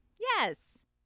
Yes